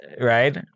right